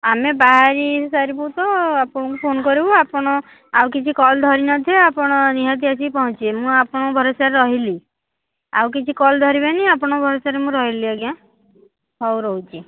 ଆମେ ବାହାରି ସାରିବୁ ତ ଆପଣଙ୍କୁ ଫୋନ୍ କରିବୁ ଆପଣ ଆଉ କିଛି କଲ୍ ଧରିନଥିବେ ଆପଣ ନିହାତି ଆସିକି ପହଞ୍ଚିବେ ମୁଁ ଆପଣଙ୍କ ଭରସାରେ ରହିଲି ଆଉ କିଛି କଲ୍ ଧରିବେନି ଆପଣଙ୍କ ଭରସାରେ ମୁଁ ରହିଲି ଆଜ୍ଞା ହଉ ରହୁଛି